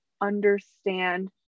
understand